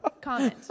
comment